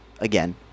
Again